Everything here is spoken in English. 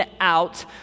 out